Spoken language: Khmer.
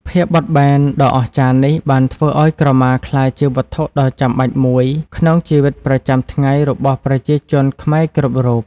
ភាពបត់បែនដ៏អស្ចារ្យនេះបានធ្វើឲ្យក្រមាក្លាយជាវត្ថុដ៏ចាំបាច់មួយក្នុងជីវិតប្រចាំថ្ងៃរបស់ប្រជាជនខ្មែរគ្រប់រូប។